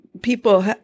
people